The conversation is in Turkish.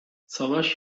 savaş